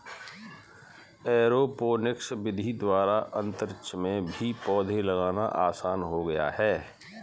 aeroponics विधि द्वारा अंतरिक्ष में भी पौधे लगाना आसान हो गया है